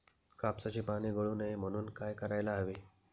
कापसाची पाने गळू नये म्हणून काय करायला हवे?